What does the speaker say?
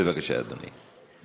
בבקשה, אדוני.